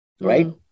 right